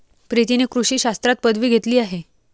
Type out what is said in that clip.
प्रीतीने कृषी शास्त्रात पदवी घेतली आहे